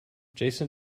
jason